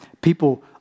people